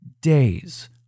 days